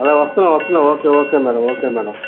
hello వస్తున్నా వస్తున్నా okay okay madam okay madam